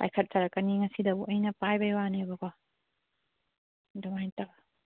ꯄꯥꯏꯈꯠꯆꯔꯛꯀꯅꯤ ꯉꯁꯤꯇꯕꯨ ꯑꯩꯅ ꯄꯥꯏꯕꯒꯤ ꯋꯥꯅꯦꯕꯀꯣ ꯑꯗꯨꯃꯥꯏꯅ ꯇꯧ